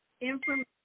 information –